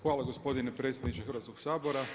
Hvala gospodine predsjedniče Hrvatskog sabora.